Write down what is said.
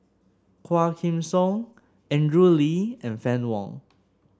Quah Kim Song Andrew Lee and Fann Wong